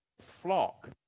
flock